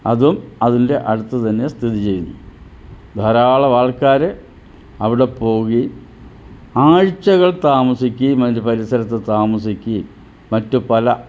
അതും അതിൻ്റെ അടുത്ത് തന്നെ സ്ഥിതി ചെയ്യുന്നു ധാരാളം ആൾക്കാർ അവിടെ പോകേം ആഴ്ചകൾ താമസിക്കേം അതിൻ്റെ പരിസരത്ത് താമസിക്കേം മറ്റു പല